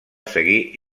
seguir